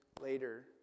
later